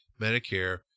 Medicare